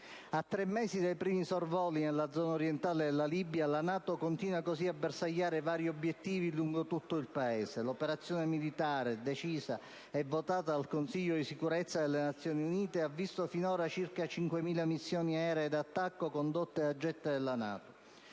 A tre mesi dai primi sorvoli nella zona orientale della Libia, la NATO continua a bersagliare vari obiettivi lungo tutto il Paese. L'operazione militare, decisa e votata dal Consiglio di sicurezza delle Nazioni Unite, ha visto finora circa 5.000 missioni aeree da attacco condotte dai *jet* della NATO.